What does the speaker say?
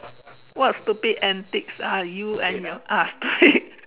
what stupid antics are you and your ah stupid